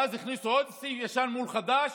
ואז הכניסו עוד סעיף ישן מול חדש,